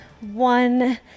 one